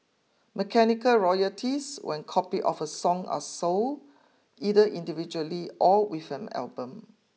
mechanical royalties when copied of a song are sold either individually or with an album